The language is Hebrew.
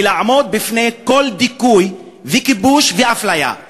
ולעמוד בפני כל דיכוי וכיבוש ואפליה,